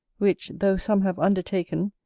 which, though some have undertaken,